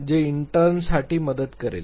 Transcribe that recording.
जे सहभागी साठी सहाय्यक असू शकेल